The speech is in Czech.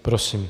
Prosím.